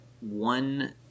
one